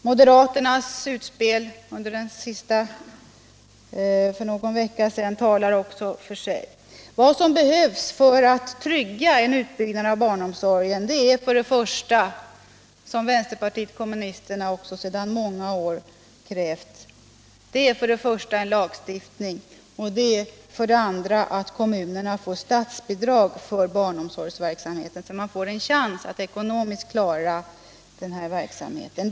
Moderaternas utspel för någon vecka sedan talar också för sig. Vad som behövs för att trygga en utbyggnad av barnomsorgen är för det första — som vänsterpartiet kommunisterna också sedan många år krävt — en lagstiftning, för det andra att kommunerna får statsbidrag för barnomsorgsverksamheten, så att de får en chans att ekonomiskt klara den verksamheten.